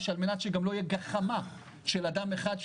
על מנת שגם לא תהיה גחמה של אדם אחד,